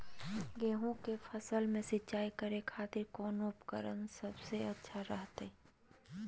गेहूं के फसल में सिंचाई करे खातिर कौन उपकरण सबसे अच्छा रहतय?